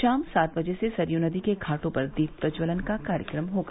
शाम सात बजे से सरयू नदी के घाटों पर दीप प्रज्ज्वलन का कार्यक्रम होगा